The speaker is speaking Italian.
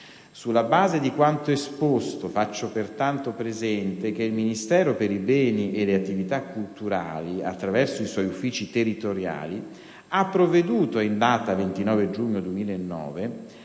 Sulla base di quanto esposto, faccio pertanto presente che il Ministero per i beni e le attività culturali, attraverso i suoi uffici territoriali, ha provveduto in data 29 giugno 2009